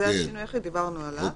זה השינוי היחיד, דיברנו עליו.